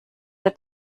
der